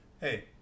Hey